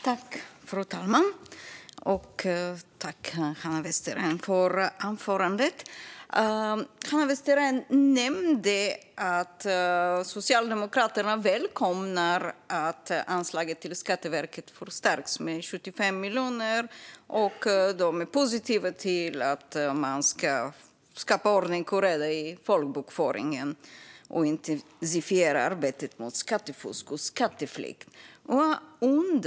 Fru talman! Jag vill tacka Hanna Westerén för anförandet. Hanna Westerén nämnde att Socialdemokraterna välkomnar att anslaget till Skatteverket förstärks med 75 miljoner. De är positiva till att man ska skapa ordning och reda i folkbokföringen och intensifiera arbetet mot skattefusk och skatteflykt.